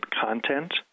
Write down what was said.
content